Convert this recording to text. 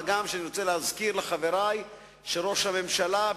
מה גם שאני רוצה להזכיר לחברי שראש הממשלה,